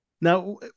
Now